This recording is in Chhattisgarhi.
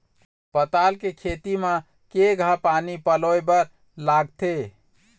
पताल के खेती म केघा पानी पलोए बर लागथे?